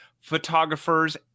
photographers